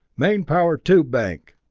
main power tube bank!